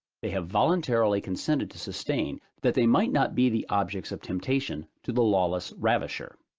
they have voluntarily consented to sustain, that they might not be the objects of temptation to the lawless ravisher.